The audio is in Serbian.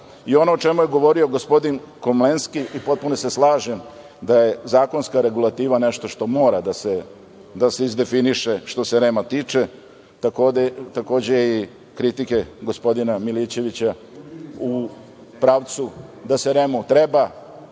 i ono o čemu je govorio gospodin Komlenski, i potpuno se slažem da je zakonska regulativa nešto što mora da se izdefiniše što se REM tiče. Takođe, i kritike gospodina Milićevića u pravcu da REM mora